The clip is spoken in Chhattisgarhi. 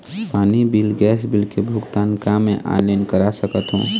पानी बिल गैस बिल के भुगतान का मैं ऑनलाइन करा सकथों?